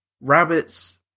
rabbits